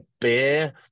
beer